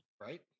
Right